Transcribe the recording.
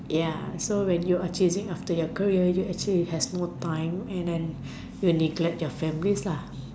ya so when you are chasing after your career you actually has no time and then you neglect your families lah